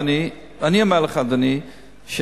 אדוני,